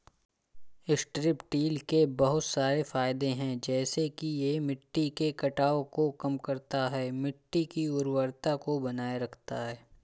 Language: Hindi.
स्ट्रिप टील के बहुत सारे फायदे हैं जैसे कि यह मिट्टी के कटाव को कम करता है, मिट्टी की उर्वरता को बनाए रखता है